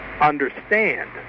understand